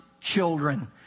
children